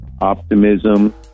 optimism